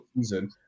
...season